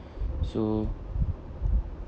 so